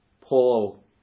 Paul